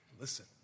listen